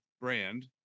brand